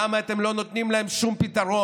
למה אתם לא נותנים להם שום פתרון?